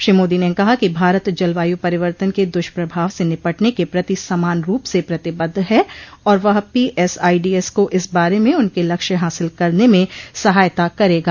श्री मोदी ने कहा कि भारत जलवायु परिवर्तन के दुष्प्रभाव से निपटने के प्रति समान रूप से प्रतिबद्ध है और वह पी एसआईडीएस को इस बारे में उनके लक्ष्य हासिल करने में सहायता करेगा